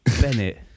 Bennett